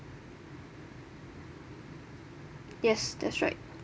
yes that's right